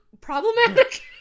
problematic